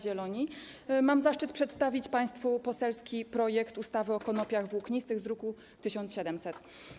Zieloni mam zaszczyt przedstawić państwu poselski projekt ustawy o konopiach włóknistych z druku nr 1700.